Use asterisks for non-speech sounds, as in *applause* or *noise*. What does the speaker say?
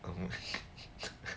*laughs*